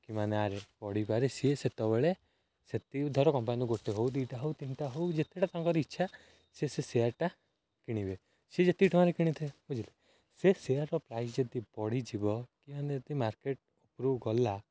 କି ମାନେ ଆ ରେଟ୍ ବଢ଼ିପାରେ ସେ ସେତେବେଳେ ସେତିକି ଧର କମ୍ପାନୀ ଗୋଟେ ହେଉ ଦୁଇଟା ହେଉ ତିନିଟା ହେଉ ଯେତେଟା ତାଙ୍କର ଇଚ୍ଛା ସେ ସେ ସେୟାର୍ଟା କିଣିବେ ସେ ଯେତିକି ଟଙ୍କାରେ କିଣିଥାଏ ବୁଝିଲେ ସେ ସେୟାର୍ର ପ୍ରାଇସ୍ ଯଦି ବଢ଼ିଯିବ କି ମାନେ ଯଦି ମାର୍କେଟ୍ ଉପରକୁ ଗଲା